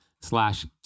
slash